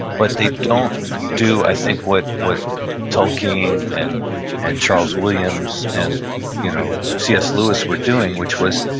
but they don't do i think what what tolkien and and charles williams and you know c s. lewis were doing which was